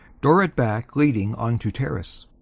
door at back leading on to terrace.